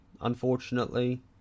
unfortunately